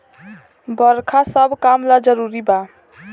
बरखा सब काम ला जरुरी बा